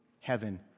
heaven